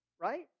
right